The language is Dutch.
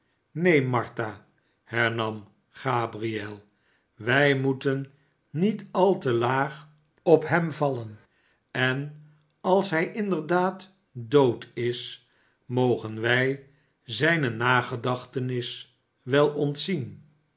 neen martha hernam gabriel wij moeten niet al te laag op hern vallen en als hij inderdaad dood is mogen wij zijne nagedacjitenis wel ontzien